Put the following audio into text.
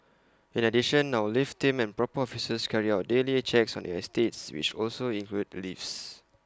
in addition our lift team and proper officers carry out daily checks on the estates which also include the lifts